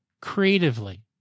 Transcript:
creatively